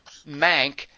Mank